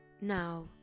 Now